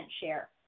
share